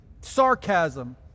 sarcasm